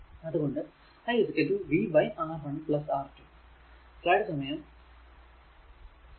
അത് കൊണ്ട് i v R1 R2 അതിന്റെ അർഥം ഇക്വേഷൻ 2